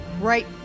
right